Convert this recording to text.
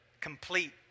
Complete